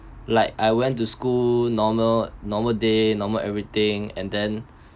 like I went to school normal normal day normal everything and then